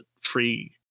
free